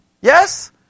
Yes